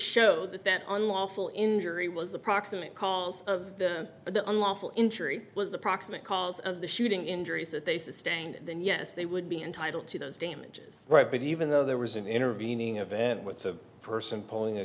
show that that unlawful injury was the proximate cause of the unlawful injury was the proximate cause of the shooting injuries that they sustained then yes they would be entitled to those damages right but even though there was an intervening event with the person pulling a